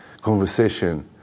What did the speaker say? conversation